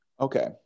Okay